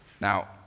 now